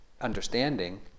understanding